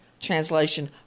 Translation